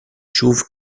chauve